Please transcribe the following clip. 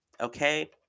okay